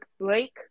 Blake